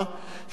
מבחינתי,